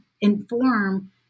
inform